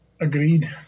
Agreed